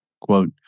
Quote